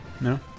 No